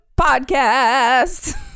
podcast